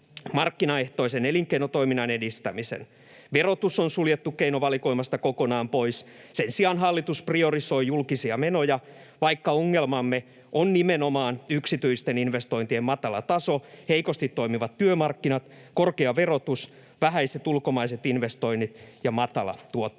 markkinaehtoisen elinkeinotoiminnan edistämisen. Verotus on suljettu keinovalikoimasta kokonaan pois. Sen sijaan hallitus prio-risoi julkisia menoja, vaikka ongelmamme on nimenomaan yksityisten investointien matala taso, heikosti toimivat työmarkkinat, korkea verotus, vähäiset ulkomaiset investoinnit ja matala tuottavuus.